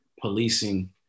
policing